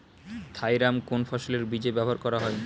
Thiram কোন ফসলের বীজে ব্যবহার করা হয়?